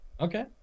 Okay